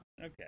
okay